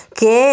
che